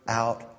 out